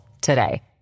today